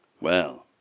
Well